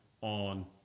on